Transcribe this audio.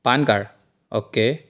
PAN card okay